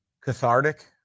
cathartic